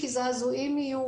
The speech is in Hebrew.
כי זעזועים יהיו,